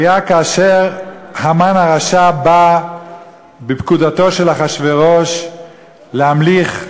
כאשר המן הרשע בא בפקודתו של אחשוורוש להמליך,